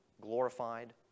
glorified